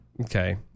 Okay